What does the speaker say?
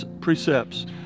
precepts